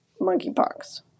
monkeypox